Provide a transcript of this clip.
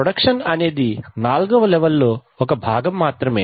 production అనేది నాల్గవ లెవల్లో ఒక భాగం మాత్రమే